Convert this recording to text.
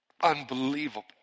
unbelievable